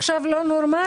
גם לא נורמליים?